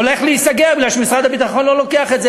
הולך להיסגר מפני שמשרד הביטחון לא לוקח את זה.